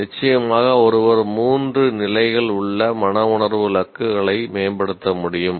நிச்சயமாக ஒருவர் மூன்று நிலைகள் உள்ள மனவுணர்வு இலக்குகளை மேம்படுத்த முடியும்